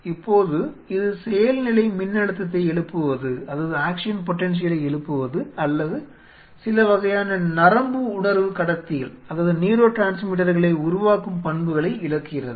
இப்போது இது செயல்நிலை மின்னழுத்தத்தை எழுப்புவது அல்லது சில வகையான நரம்புணர்வு கடத்திகளை உருவாக்கும் பண்புகளை இழக்கிறது